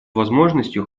возможностью